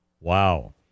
Wow